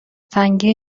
تنگی